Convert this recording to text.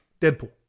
Deadpool